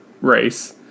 race